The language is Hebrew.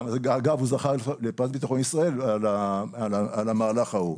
אגב, הוא זכה לפרס ביטחון ישראל על המהלך ההוא.